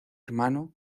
hermano